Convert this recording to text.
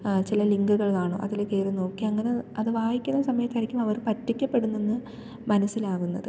ചില ലിങ്കുകൾ കാണും അതില് കയറി നോക്കി അങ്ങനെ അത് വായിക്കുന്ന സമയത്തായിരിക്കും അവർ പറ്റിക്കപ്പെടുന്നെന്ന് മനസ്സിലാകുന്നത്